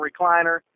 recliner